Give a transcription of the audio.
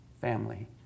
family